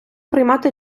приймати